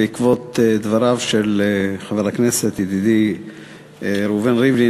בעקבות דבריו של חבר הכנסת ידידי ראובן ריבלין,